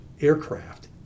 aircraft